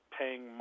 paying